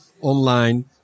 online